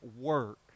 work